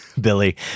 Billy